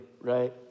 right